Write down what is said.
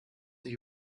dich